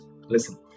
listen